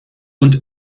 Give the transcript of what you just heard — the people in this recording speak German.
und